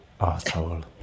asshole